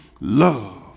love